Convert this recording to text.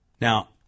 Now